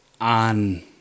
on